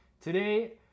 Today